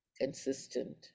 consistent